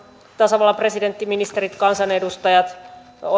tasavallan presidentti ministerit kansanedustajat